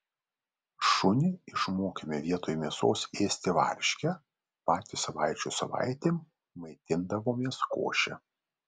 šunį išmokėme vietoj mėsos ėsti varškę patys savaičių savaitėm maitindavomės koše